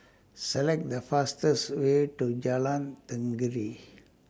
Select The fastest Way to Jalan Tenggiri